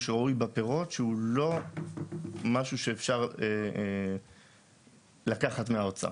ראוי בפירות שהוא לא משהו שאפשר לקחת מהאוצר,